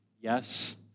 yes